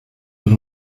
per